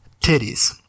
Titties